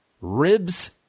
ribs